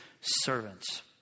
servants